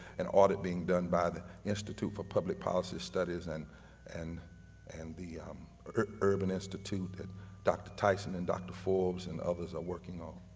an audit being done by the institute for public policy studies and and and the urban institute that dr. tyson and dr. forbes and others are working on.